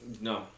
No